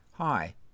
Hi